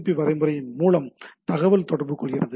B வரைமுறையின் மூலம் தகவல்தொடர்பு கொள்கின்றன